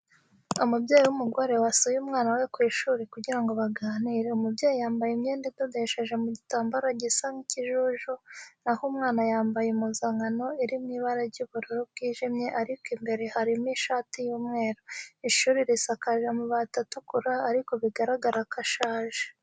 Umubyeyi w'umugore wasuye umwana we ku ishuri kugira ngo baganire. Umubyeyi yambaye imyenda idodesheje mu gitambaro gisa n'ikijuju, na ho umwana yambaye impuzankano iri mu ibara ry'ubururu bwijimye ariko imbere harimo ishati y'umweru. Ishuri risakaje amabati atukura ariko bigaragara ko ashaje.